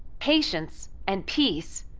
patience, and peace